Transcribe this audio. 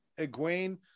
Egwene